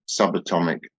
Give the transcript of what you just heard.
subatomic